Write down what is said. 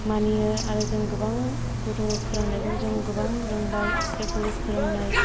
मानियो आरो जों गोबां गुरु फोरोंनायखौबो जों गोबां रोंबाय बे गुरु फोरोंनाय